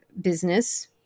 business